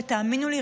ותאמינו לי,